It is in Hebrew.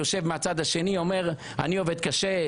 יושב מהצד השני ואומר: אני עובד קשה,